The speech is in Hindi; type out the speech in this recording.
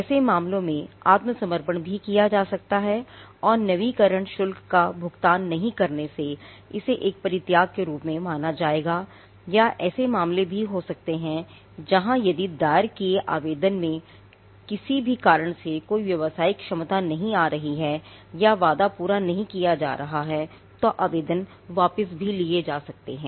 ऐसे मामलों में आत्मसमर्पण भी किया जा सकता है और नवीकरण शुल्क का भुगतान नहीं करने से इसे एक परित्याग के रूप में माना जाएगा या ऐसे मामले भी हो सकते हैं जहां यदि दायर किए आवेदन में किसी भी कारण से कोई व्यावसायिक क्षमता नहीं आ रही है या वादा पूरा नहीं किया जा रहा है तो आवेदन वापस भी लिए जा सकता है